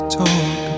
talk